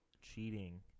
cheating